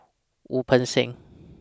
Wu Peng Seng